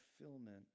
fulfillment